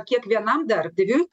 kiekvienam darbdaviui